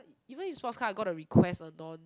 even if sports car got to request a non